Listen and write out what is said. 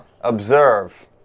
observe